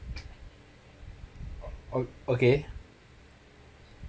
o~ okay